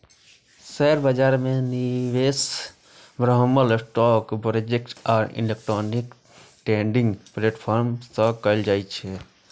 share बाजार मे निवेश बरमहल स्टॉक ब्रोकरेज आ इलेक्ट्रॉनिक ट्रेडिंग प्लेटफॉर्म सं कैल जाइ छै